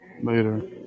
Later